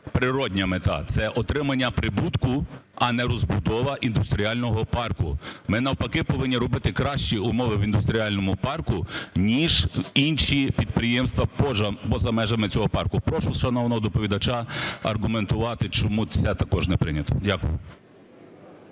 природня мета – це отримання прибутку, а не розбудова індустріального парку. Ми навпаки повинні робити кращі умови в індустріальному парку, ніж інші підприємства поза межами цього парку. Прошу шановного доповідача аргументувати, чому це також не прийнято. Дякую.